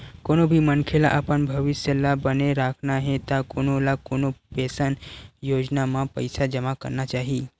कोनो भी मनखे ल अपन भविस्य ल बने राखना हे त कोनो न कोनो पेंसन योजना म पइसा जमा करना चाही